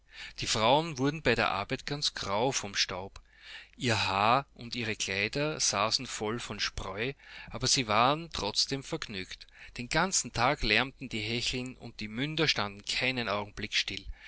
die frauen wurden bei der arbeit ganz grau von staub ihr haar und ihre kleidersaßenvollvonspreu abersiewarentrotzdemvergnügt denganzen tag lärmten die hecheln und die münder standen keinen augenblick still